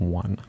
one